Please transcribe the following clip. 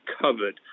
covered